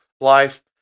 life